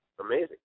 amazing